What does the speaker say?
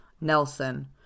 Nelson